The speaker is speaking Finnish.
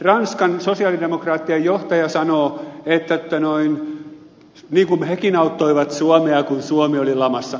ranskan sosialidemokraattien johtaja sanoo että hekin auttoivat suomea kun suomi oli lamassa